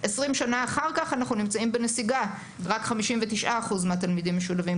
20 שנה אחר כך אנחנו נמצאים בנסיגה רק 59% מהתלמידים משולבים.